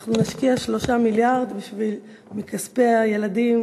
אנחנו נשקיע 3 מיליארד מכספי הילדים